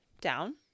down